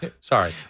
Sorry